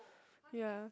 ya